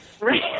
Right